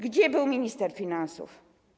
Gdzie był minister finansów?